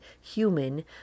human